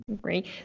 Great